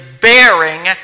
bearing